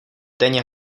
denně